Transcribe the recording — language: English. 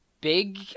big